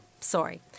Sorry